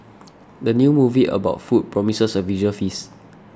the new movie about food promises a visual feast